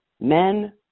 Men